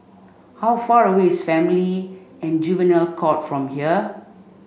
how far away is Family and Juvenile Court from here